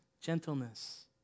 gentleness